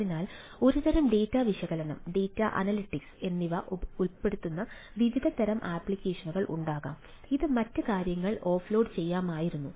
അതിനാൽ ഒരുതരം ഡാറ്റ വിശകലനം ഡാറ്റാ അനലിറ്റിക്സ് എന്നിവ ഉൾപ്പെടുന്ന വിവിധ തരം ആപ്ലിക്കേഷനുകൾ ഉണ്ടാകാം അത് മറ്റ് കാര്യങ്ങൾ ഓഫ്ലോഡ് ചെയ്യാമായിരുന്നു